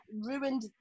ruined